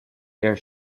air